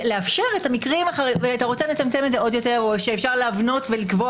אם אתה רוצה לצמצם את זה עוד יותר או שאפשר להבנות ולקבוע